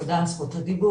תודה על זכות הדיבור.